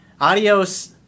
adios